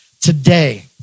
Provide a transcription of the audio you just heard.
today